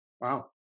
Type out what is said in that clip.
Wow